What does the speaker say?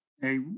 hey